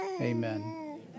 amen